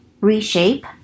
reshape